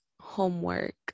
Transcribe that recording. homework